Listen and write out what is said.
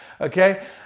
Okay